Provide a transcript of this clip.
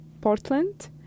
Portland